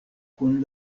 kun